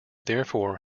therefore